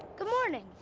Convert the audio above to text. good morning.